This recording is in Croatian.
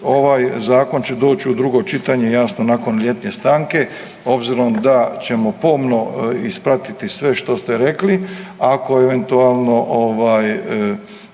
Ovaj zakon će doći u drugo čitanje jasno nakon ljetne stanke. Obzirom da ćemo pomno ispratiti sve što ste rekli, ako eventualno